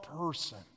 person